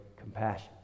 compassion